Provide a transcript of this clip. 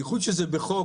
בייחוד שזה בחוק,